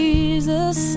Jesus